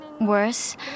Worse